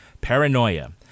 Paranoia